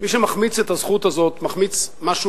מי שמחמיץ את הזכות הזאת מחמיץ משהו